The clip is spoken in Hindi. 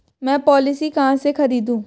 मैं पॉलिसी कहाँ से खरीदूं?